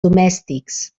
domèstics